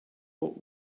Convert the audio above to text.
what